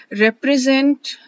represent